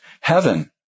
Heaven